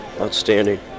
Outstanding